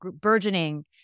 burgeoning